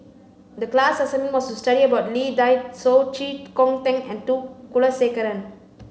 the class assignment was to study about Lee Dai Soh Chee Kong Tet and T Kulasekaram